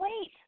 wait